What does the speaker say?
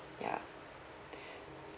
yeah